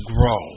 grow